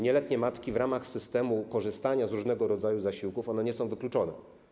Nieletnie matki w ramach systemu korzystania z różnego rodzaju zasiłków nie są wykluczone.